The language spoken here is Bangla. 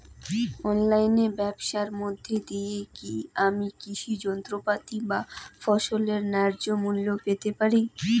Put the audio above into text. অনলাইনে ব্যাবসার মধ্য দিয়ে কী আমি কৃষি যন্ত্রপাতি বা ফসলের ন্যায্য মূল্য পেতে পারি?